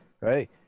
right